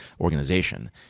organization